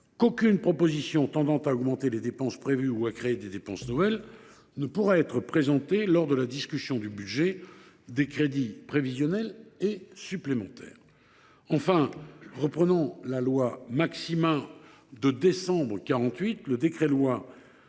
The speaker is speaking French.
aucune proposition tendant à augmenter les dépenses prévues ou à créer des dépenses nouvelles ne pourra être présentée lors de la discussion du budget, des crédits prévisionnels et supplémentaires ». Enfin, reprenant la loi du 31 décembre 1948 portant